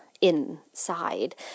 inside